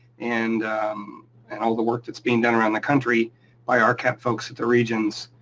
and and all the work that's being done around the country by um rcap folks at the regions,